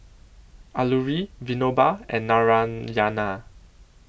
Alluri Vinoba and Narayana